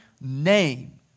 name